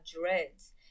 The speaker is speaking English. dreads